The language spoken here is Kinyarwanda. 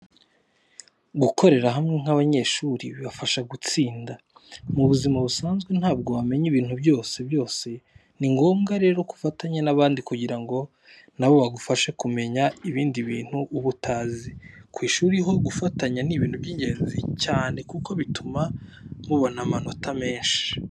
Gukorera hamwe nk'abanyeshuri bibafasha gutsinda. Mu buzima busanzwe ntabwo wamenya ibintu byose byose, ni ngombwa rero ko ufatanya n'abandi kugira ngo na bo bagufashe kumenya ibindi bintu uba utazi. Ku ishuri ho gufatanya ni ibintu by'ingezi cyane kuko bituma muboana amanota menshi.